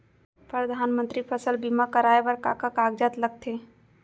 परधानमंतरी फसल बीमा कराये बर का का कागजात लगथे?